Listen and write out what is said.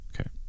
Okay